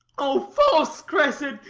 o false cressid!